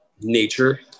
nature